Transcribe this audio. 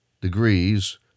degrees